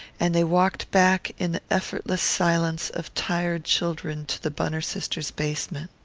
and they walked back in the effortless silence of tired children to the bunner sisters' basement.